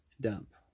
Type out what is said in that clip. dump